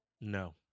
No